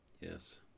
Yes